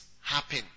happen